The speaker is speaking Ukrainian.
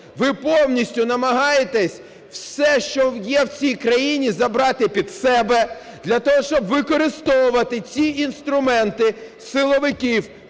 Ви повністю намагаєтесь все, що є в цій країні, забрати під себе для того, щоб використовувати ці інструменти, силовиків